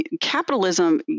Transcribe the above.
Capitalism